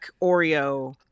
Oreo